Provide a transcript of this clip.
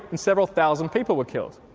and several thousand people were killed.